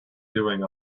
doing